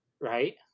Right